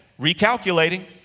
recalculating